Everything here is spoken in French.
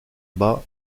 bah